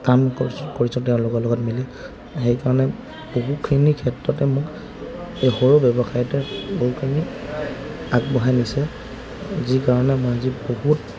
কাম কৰিছোঁ তেওঁলোকৰ লগত মিলি সেইকাৰণে বহুতখিনি ক্ষেত্ৰতে মোক এই সৰু ব্যৱসায়টোৱে বহুখিনি আগবঢ়াই নিছে যি কাৰণে মই আজি বহুত